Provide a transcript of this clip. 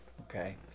Okay